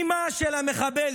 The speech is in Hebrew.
אימא של המחבל,